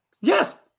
Yes